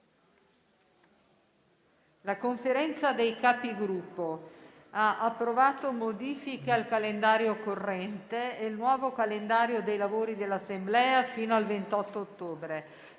La Conferenza dei Capigruppo ha approvato modifiche al calendario corrente e il nuovo calendario dei lavori fino al 28 ottobre.